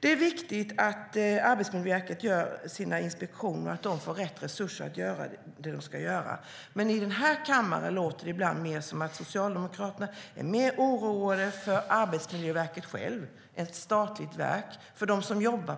Det är viktigt att Arbetsmiljöverket gör inspektioner och att de får resurser att göra det de ska. Men i den här kammaren låter det ibland som om Socialdemokraterna mest är oroade för Arbetsmiljöverket självt, ett statligt verk, för dem som jobbar